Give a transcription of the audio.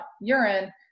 urine